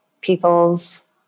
people's